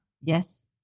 yes